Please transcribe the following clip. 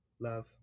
Love